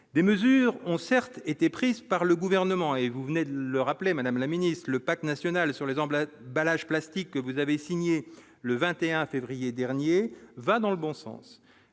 des mesures ont certes été prises par le gouvernement, et vous venez de le rappeler, Madame la Ministre, le pacte national sur les emplettes Balaj plastique que vous avez signé le 21 février dernier va dans le bon sens,